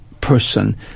person